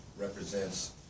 represents